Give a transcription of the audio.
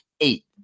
Eight